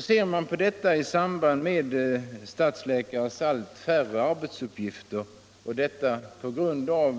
Ser man detta i samband med stadskikarnas allt färre arbetsuppgifter på grund av